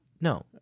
no